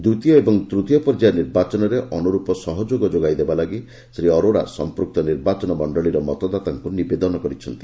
ଦ୍ୱିତୀୟ ଏବଂ ତୃତୀୟ ପର୍ଯ୍ୟାୟ ନିର୍ବାଚନରେ ଅନୁରୂପ ସହଯୋଗ ଯୋଗାଇଦେବା ଲାଗି ଶ୍ରୀ ଅରୋରା ସଂପୃକ୍ତ ନିର୍ବାଚନ ମଣ୍ଡଳୀର ମତଦାତାଙ୍କୁ ନିବେଦନ କରିଛନ୍ତି